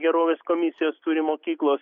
gerovės komisijas turi mokyklos